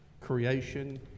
creation